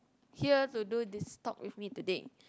here to do this talk with me today